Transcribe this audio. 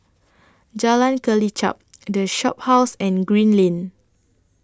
Jalan Kelichap The Shophouse and Green Lane